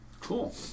Cool